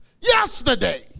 yesterday